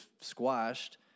squashed